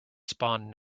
spawn